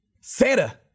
Santa